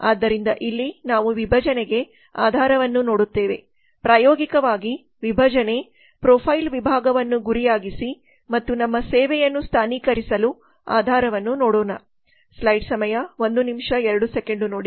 ಆದ್ದರಿಂದ ಇಲ್ಲಿ ನಾವು ವಿಭಜನೆಗೆ ಆಧಾರವನ್ನು ನೋಡುತ್ತೇವೆ ಪ್ರಾಯೋಗಿಕವಾಗಿ ವಿಭಜನೆ ಪ್ರೊಫೈಲ್ ವಿಭಾಗವನ್ನು ಗುರಿಯಾಗಿಸಿ ಮತ್ತು ನಮ್ಮ ಸೇವೆಯನ್ನು ಸ್ಥಾನಿಕರಿಸಲು ಆಧಾರವನ್ನು ನೋಡೋಣ